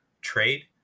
trade